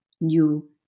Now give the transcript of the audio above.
new